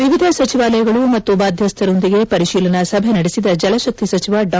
ವಿವಿಧ ಸಚಿವಾಲಯಗಳು ಮತ್ತು ಬಾಧ್ಯಸ್ಥರೊಂದಿಗೆ ಪರಿಶೀಲನಾ ಸಭೆ ನಡೆಸಿದ ಜಲಶಕ್ತಿ ಸಚಿವ ಡಾ